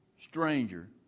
stranger